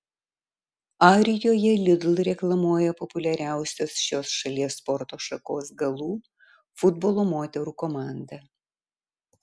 arijoje lidl reklamuoja populiariausios šios šalies sporto šakos galų futbolo moterų komanda